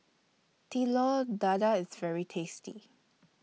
Telur Dadah IS very tasty